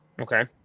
Okay